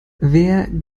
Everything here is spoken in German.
wer